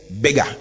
bigger